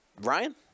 Ryan